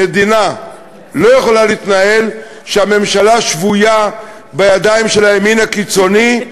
המדינה לא יכולה להתנהל כשהממשלה שבויה בידיים של הימין הקיצוני,